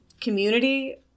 community